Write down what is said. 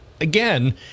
again